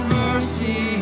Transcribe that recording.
mercy